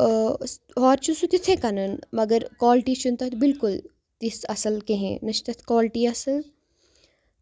ہور چھُ سُہ تِتھَے کَنَن مگر کالٹی چھِنہٕ تَتھ بِلکُل تِژھ اَصٕل کِہیٖنۍ نہ چھِ تَتھ کالٹی اَصٕل